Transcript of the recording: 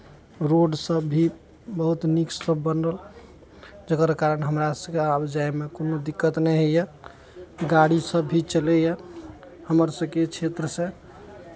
रोडसभ भी बहुत नीक सभ बनल जकर कारण हमरा सभकेँ आब जायमे कोनो दिक्कत नहि होइए गाड़ीसभ भी चलैए हमर सभके क्षेत्रसँ